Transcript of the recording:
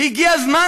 הגיע הזמן,